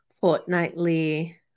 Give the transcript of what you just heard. fortnightly